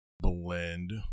blend